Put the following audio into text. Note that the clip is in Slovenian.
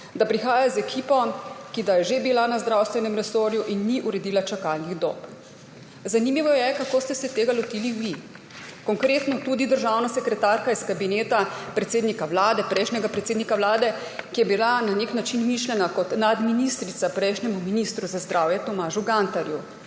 da prihaja z ekipo, ki da je že bila na zdravstvenem resorju in ni uredila čakalnih dob. Zanimivo je, kako ste se tega lotili vi, konkretno tudi državna sekretarka iz Kabineta predsednika Vlade, prejšnjega predsednika Vlade, ki je bila na nek način mišljena kot nadministrica prejšnjemu ministru za zdravje Tomažu Gantarju.